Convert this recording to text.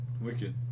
wicked